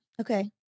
Okay